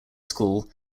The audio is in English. school